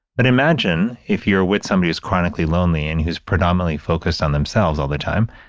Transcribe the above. but imagine if you're with somebody who's chronically lonely and who's predominately focused on themselves all the time.